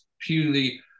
purely